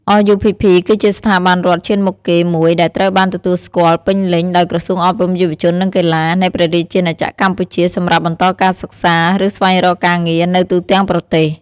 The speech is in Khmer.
RUPP គឺជាស្ថាប័នរដ្ឋឈានមុខគេមួយដែលត្រូវបានទទួលស្គាល់ពេញលេញដោយ ក្រសួងអប់រំ យុវជន និងកីឡា នៃព្រះរាជាណាចក្រកម្ពុជា សម្រាប់បន្តការសិក្សា ឬស្វែងរកការងារនៅទូទាំងប្រទេស។